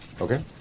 Okay